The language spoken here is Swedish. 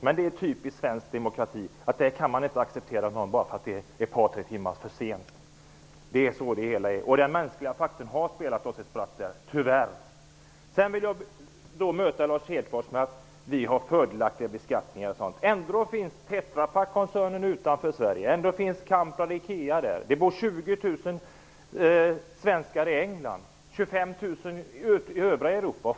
Men det är typisk svensk demokrati att man inte kan acceptera ett par tre timmars försening. Den mänskliga faktorn har spelat oss ett spratt, tyvärr. Jag vill bemöta Lars Hedfors när det gäller fördelaktiga beskattningar etc. Ändå finns Sverige. Det bor 20 000 svenskar i England och 25 000 i övriga Europa.